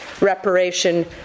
reparation